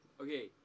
Okay